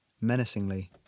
menacingly